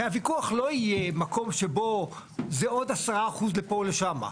אחרי הוויכוח לא יהיה מקום שבו זה עוד עשרה אחוזים לפה או לשם.